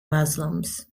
muslims